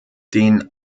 den